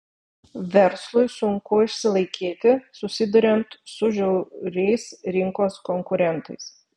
verslui sunku išsilaikyti susiduriant su žiauriais rinkos konkurentais